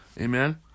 Amen